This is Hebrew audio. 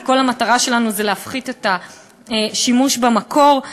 כי כל המטרה שלנו היא להפחית את השימוש במקור,